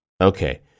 Okay